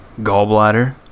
gallbladder